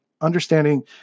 understanding